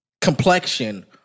complexion